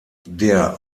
der